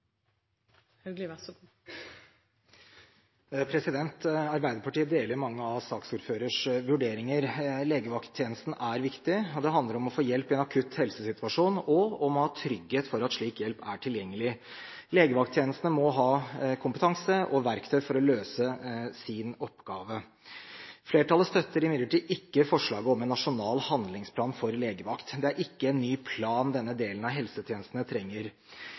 viktig. Det handler om å få hjelp i en akutt helsesituasjon og om å ha trygghet for at slik hjelp er tilgjengelig. Legevakttjenestene må ha kompetanse og verktøy for å løse sin oppgave. Flertallet støtter imidlertid ikke forslaget om en nasjonal handlingsplan for legevakt. Det er ikke en ny plan denne delen av helsetjenestene trenger.